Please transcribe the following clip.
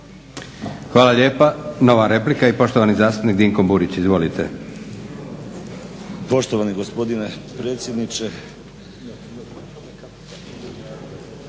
Hvala lijepa. Nova replika i poštovani zastupnik Dinko Burić. Izvolite.